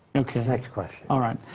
next question. alright.